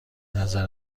نظر